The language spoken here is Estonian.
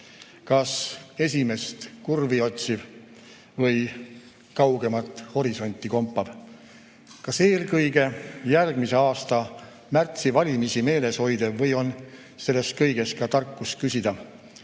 Kas esimest kurvi otsiv või kaugemat horisonti kompav? Kas eelkõige järgmise aasta märtsivalimisi meeles hoidev? Või on selles kõiges ka tarkust küsida,